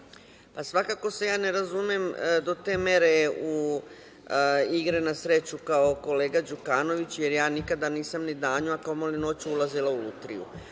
Svakako se ja ne razumem do te mere u igre na sreću, kao kolega Đukanović, jer ja nikada nisam ni danju, a kamoli noću ulazila u lutriju. Ali,